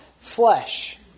flesh